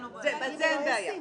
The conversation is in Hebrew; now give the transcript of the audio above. אין לנו בעיה.